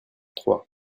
trois